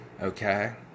Okay